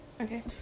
okay